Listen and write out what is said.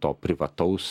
to privataus